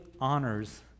honors